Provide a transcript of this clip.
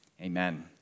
Amen